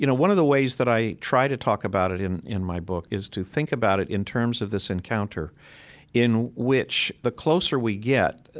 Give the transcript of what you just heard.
you know one of the ways that i try to talk about it in in my book is to think about it in terms of this encounter in which the closer we get,